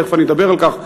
ותכף אדבר על כך,